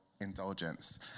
indulgence